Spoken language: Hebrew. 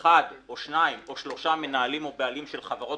אחד או שניים או שלושה מנהלים או בעלים של חברות